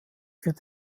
wird